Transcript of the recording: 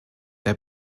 der